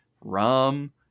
rum